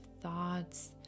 thoughts